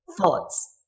thoughts